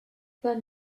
pas